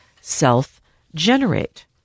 self-generate